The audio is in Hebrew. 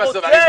אני רוצה.